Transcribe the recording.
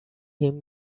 him